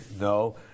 No